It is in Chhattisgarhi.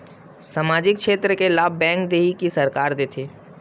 सामाजिक क्षेत्र के लाभ बैंक देही कि सरकार देथे?